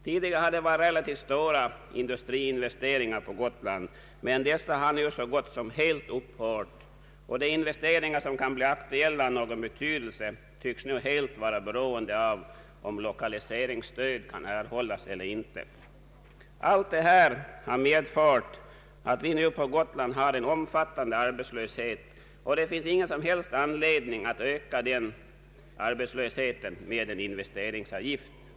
Tidigare har skett relativt stora industriinvesteringar på Gotland, men dessa har nu så gott som helt upphört, och de investeringar av någon betydelse som kan bli aktuella tycks nu vara helt beroende av om lokaliseringsstöd kan erhållas eller inte. Allt detta har medfört att det nu på Gotland råder en omfattande arbetslöshet. Det finns ingen som helst anledning att öka denna arbetslöshet med en investeringsavgift.